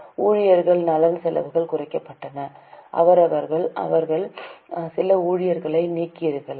ஊழியர் நலன் செலவுகள் குறைந்துவிட்டன அவர்கள் சில ஊழியர்களை நீக்கியிருக்கலாம்